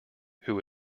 who